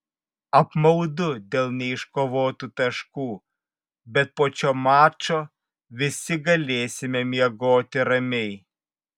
apmaudu dėl neiškovotų taškų bet po šio mačo visi galėsime miegoti ramiai